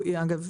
דרך אגב,